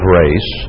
race